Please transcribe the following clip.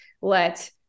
let